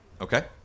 Okay